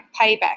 payback